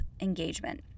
engagement